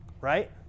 right